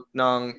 ng